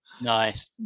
Nice